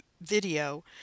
video